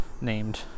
named